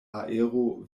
aero